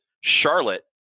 Charlotte